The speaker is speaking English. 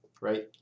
right